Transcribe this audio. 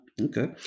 Okay